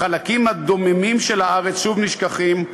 החלקים הדוממים של הארץ שוב נשכחים,